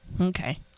okay